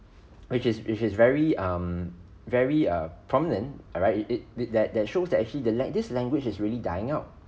which is which is very um very err prominent alright it it it that that shows that see actually this language is really dying out